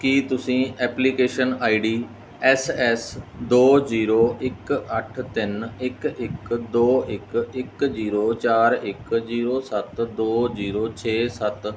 ਕੀ ਤੁਸੀਂ application ID S S ਦੋ zero ਇੱਕ ਅੱਠ ਤਿੰਨ ਇੱਕ ਇੱਕ ਦੋ ਇੱਕ ਇੱਕ ਜ਼ੀਰੋ ਚਾਰ ਇੱਕ ਜ਼ੀਰੋ ਸੱਤ ਦੋ ਜ਼ੀਰੋ ਛੇ ਸੱਤ